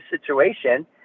situation